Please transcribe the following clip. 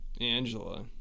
Angela